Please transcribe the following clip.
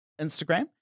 Instagram